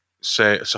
say –